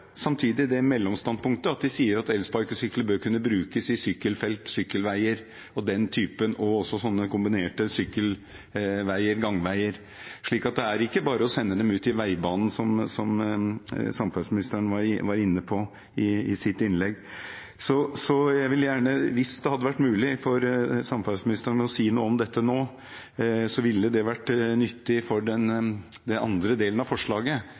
bør kunne brukes i sykkelfelt, sykkelveier og den typen, og også i kombinerte sykkel-/gangveier. Det er ikke bare å sende dem ut i veibanen, som samferdselsministeren var inne på i sitt innlegg. Hvis det hadde vært mulig for samferdselsministeren å si noe om dette nå, ville det vært nyttig for den andre delen av forslaget,